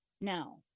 Now